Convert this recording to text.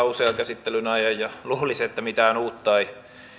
usean käsittelyn ajan ja luulisi että mitään uutta ei